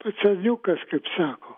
pacaniukas kaip sako